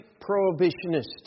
prohibitionist